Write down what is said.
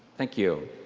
thank you.